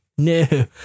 No